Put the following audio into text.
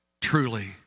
truly